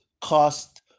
cost